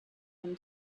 him